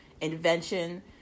invention